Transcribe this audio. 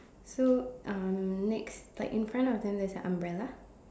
so um next like in front of them there's a umbrella